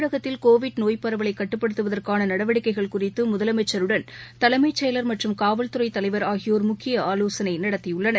தமிழகத்தில் கோவிட் நோய் பரவலை கட்டுப்படுத்துவதற்கான நடவடிக்கைகள் குறித்து முதலமைச்சருடன் தலைமைச் செயலர் மற்றும் காவல்துறை தலைவர் ஆகியோர் முக்கிய ஆலோசனை நடத்தியுள்ளனர்